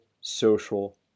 social